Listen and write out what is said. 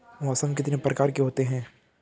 मौसम कितने प्रकार के होते हैं?